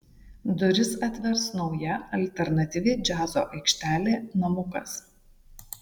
duris atvers nauja alternatyvi džiazo aikštelė namukas